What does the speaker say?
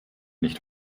nicht